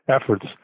efforts